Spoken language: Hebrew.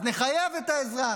אז נחייב את האזרח,